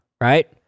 right